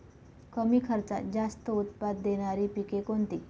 कमी खर्चात जास्त उत्पाद देणारी पिके कोणती?